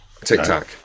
Tic-tac